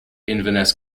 inverness